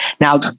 Now